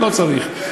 לא צריך.